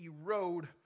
erode